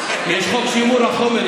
יש חוק שימור החומר,